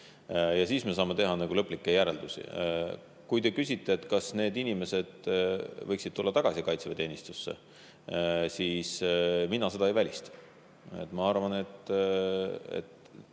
Siis me saame teha lõplikke järeldusi. Kui te küsite, kas need inimesed võiksid tulla tagasi kaitseväeteenistusse, siis mina seda ei välista. Ma arvan, et